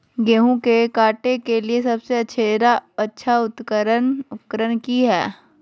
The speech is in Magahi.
गेहूं के काटे के लिए सबसे अच्छा उकरन की है?